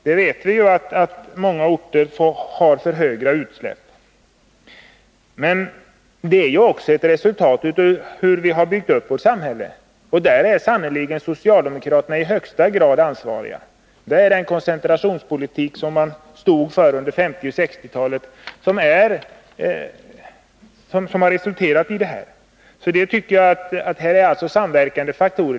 Vi vet att många orter har för höga halter av utsläpp. Men det är också ett resultat av hur vi har byggt upp vårt samhälle, och där är sannerligen socialdemokraterna i högsta grad ansvariga. Det är den koncentrationspolitik som socialdemokraterna stod för på 50 och 60-talen som har resulterat i dagens förhållanden. Här finns alltså samverkande faktorer.